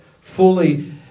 fully